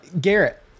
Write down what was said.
Garrett